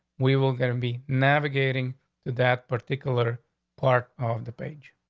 we will gonna be navigating to that particular part of the page.